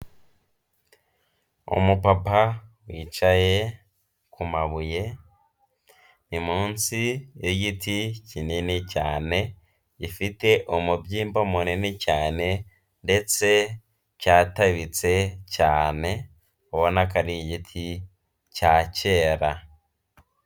Umupapa wicaye ku mabuye, ni munsi y'igiti kinini cyane, gifite umubyimba munini cyane ndetse cyatabitse cyane, ubonako ari igiti cya kera.